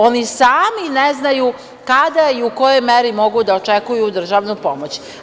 Oni sami ne znaju kada i u kojoj meri mogu da očekuju državnu pomoć.